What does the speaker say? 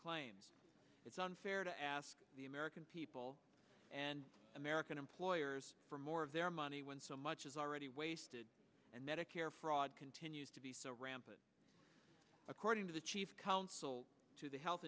claims it's unfair to ask the american people and american employers for more of their money when so much is already wasted and medicare fraud continues to be so rampant according to the chief counsel to the health